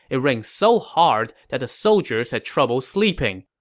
it rained so hard that the soldiers had trouble sleeping.